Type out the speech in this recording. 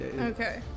okay